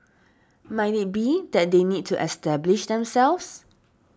might it be that they need to establish themselves